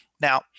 Now